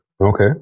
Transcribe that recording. Okay